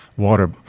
water